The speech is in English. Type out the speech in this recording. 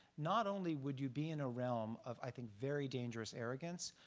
not only would you be in a realm of i think very dangerous arrogance,